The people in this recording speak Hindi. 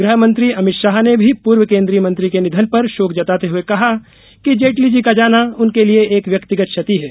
गृहमंत्री अभित शाह ने भी पूर्व केन्द्रीय मंत्री के निधन पर शोक जताते हुए कहा कि जेटली जी का जाना उनर्के लिये एक व्यक्तिगत क्षति है